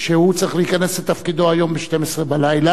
שהוא צריך להיכנס לתפקידו היום ב-24:00,